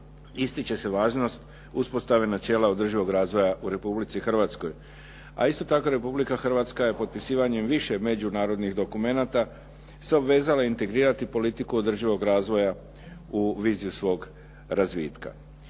ističe se važnost uspostave načela održivog razvoja u Republici Hrvatskoj. A isto tako Republika Hrvatska je potpisivanjem više međunarodnih dokumenata se obvezala integrirati politiku održivog razvoja u viziju svog razvitka.